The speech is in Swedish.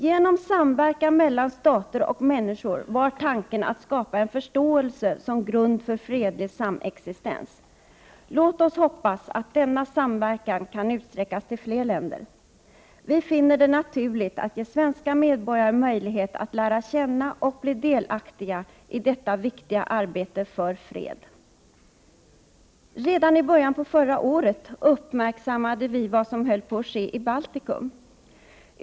Genom samverkan mellan stater och människor var tanken att skapa en förståelse som grund för fredlig samexistens. Låt oss hoppas att denna samverkan kan utsträckas till fler länder. Vi finner det naturligt att ge svenska medborgare möjligheter att lära känna och bli delaktiga i detta viktiga arbete för fred. Redan i början av förra året uppmärksammade vi vad som höll på att ske i Baltikum.